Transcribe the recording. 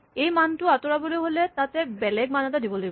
সেই মানটো আতঁৰাবলৈ হ'লে তাত বেলেগ এটা মান দিব লাগিব